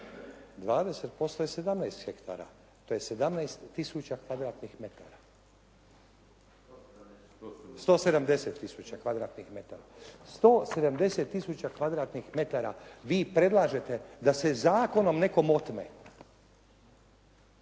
20% je 17 hektara. To je 17 tisuća kvadratnih metara, 170 tisuća kvadratnih metara vi predlažete da se zakonom nekome otme.